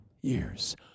years